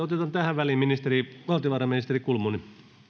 tähän väliin valtiovarainministeri kulmuni